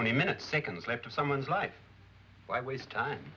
only minutes seconds left to someone's life why waste time